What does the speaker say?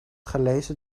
gelezen